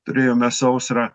turėjome sausrą